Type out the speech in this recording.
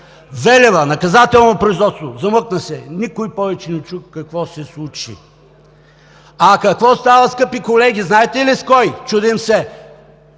Велева с наказателно производство. Замлъкна се и никой повече не чу какво се случи. А какво става, скъпи колеги, знаете ли с кой? Чудим се,